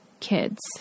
Kids